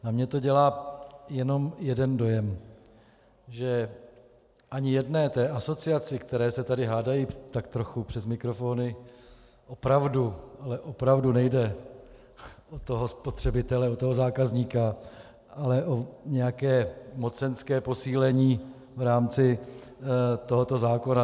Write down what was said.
Na mě to dělá jenom jeden dojem, že ani jedné té asociaci, které se tady hádají tak trochu přes mikrofony, opravdu, ale opravdu nejde o toho spotřebitele, o toho zákazníka, ale o nějaké mocenské posílení v rámci tohoto zákona.